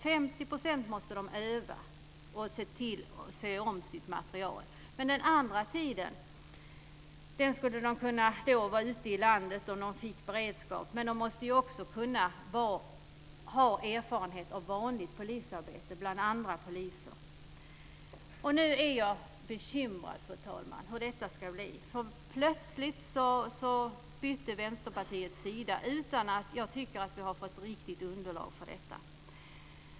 50 % av tiden måste de öva och se om sitt material, men resterande tid skulle de kunna vara ute i landet om de fick beredskap. Men de måste också ha erfarenhet av vanligt polisarbete bland andra poliser. Nu är jag bekymrad, fru talman, för hur detta ska bli, för plötsligt bytte Vänsterpartiet sida utan att vi, som jag tycker, har fått något riktigt underlag för detta.